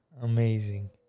amazing